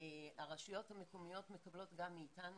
הרשויות המקומיות מקבלות גם מאיתנו